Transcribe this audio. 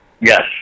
Yes